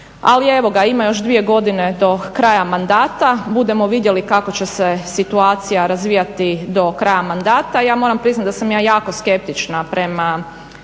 ali evo ga, ima još dvije godine do kraja mandata, budemo vidjeli kako će se situacija razvijati do kraja mandata. Ja moram priznati da sam ja jako skeptična prema